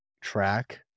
track